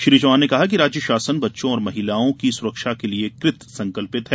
श्री चौहान ने कहा कि राज्य शासन बच्चों और महिलाओं की सुरक्षा के लिये कृत संकल्पित हैं